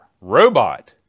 Robot